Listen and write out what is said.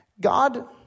God